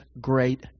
great